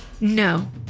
No